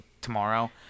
tomorrow